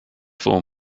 for